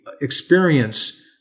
experience